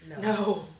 No